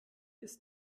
ist